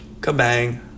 Kabang